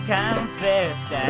confessed